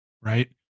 right